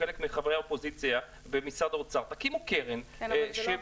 של חלק מחברי האופוזיציה ממשרד האוצר: תקימו קרן שתממן